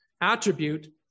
attribute